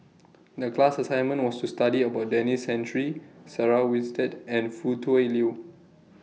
The class assignment was to study about Denis Santry Sarah Winstedt and Foo Tui Liew